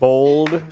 Bold